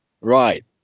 right